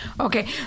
Okay